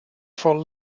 for